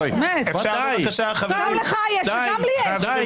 גם לך יש, וגם לי יש.